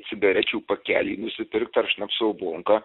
cigarečių pakelį nusipirkt ar šnapso bonką